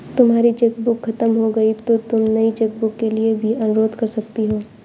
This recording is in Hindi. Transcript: तुम्हारी चेकबुक खत्म हो गई तो तुम नई चेकबुक के लिए भी अनुरोध कर सकती हो